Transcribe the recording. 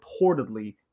reportedly